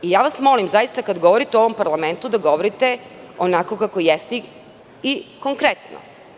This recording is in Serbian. Molim vas, zaista kada govorite u ovom parlamentu da govorite onako kako jeste i konkretno.